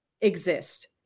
exist